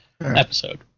episode